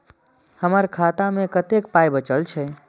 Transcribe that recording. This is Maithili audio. हमर खाता मे कतैक पाय बचल छै